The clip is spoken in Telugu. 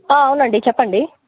అవునండి చెప్పండి